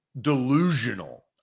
delusional